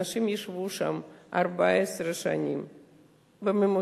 אנשים ישבו שם במחנות 14 שנים בממוצע,